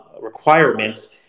requirement